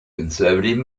conservative